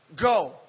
go